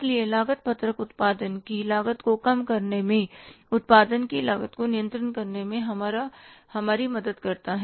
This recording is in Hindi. इसलिए लागत पत्रक उत्पादन की लागत को कम करने में उत्पादन की लागत को नियंत्रित करने में हमारी मदद करता है